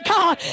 God